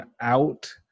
out